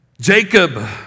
Jacob